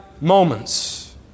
moments